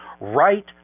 right